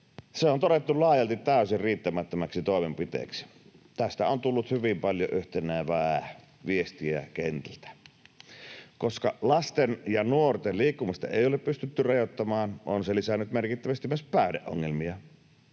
Se on todettu laajalti täysin riittämättömäksi toimenpiteeksi. Tästä on tullut hyvin paljon yhtenevää viestiä kentältä. Koska lasten ja nuorten liikkumista ei ole pystytty rajoittamaan, on se lisännyt merkittävästi myös päihdeongelmia,